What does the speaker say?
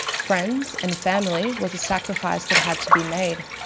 friends, and family was a sacrifice that had to be made.